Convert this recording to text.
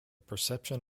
perception